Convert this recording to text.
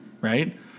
right